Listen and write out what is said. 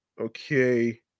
okay